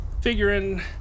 Figuring